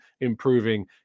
improving